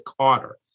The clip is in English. Carter